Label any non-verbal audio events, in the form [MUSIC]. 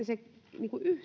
[UNINTELLIGIBLE] se